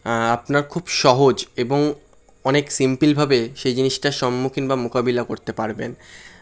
আপনার খুব সহজ এবং অনেক সিম্পিলভাবে সেই জিনিসটার সম্মুখীন বা মোকাবিলা করতে পারবেন